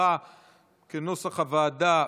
כנוסח הוועדה,